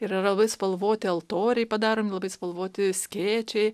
ir yra labai spalvoti altoriai padaromi labai spalvoti skėčiai